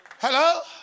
Hello